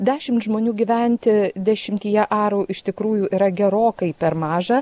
dešimt žmonių gyventi dešimtyje arų iš tikrųjų yra gerokai per maža